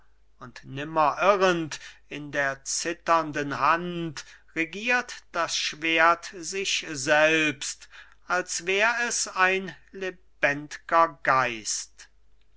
und nimmer irrend in der zitternden hand regiert das schwert sich selbst als wär es ein lebendger geist